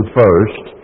first